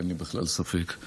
אין לי בכלל ספק.